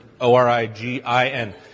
O-R-I-G-I-N